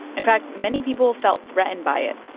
in fact, many people felt threatened by it.